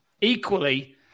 Equally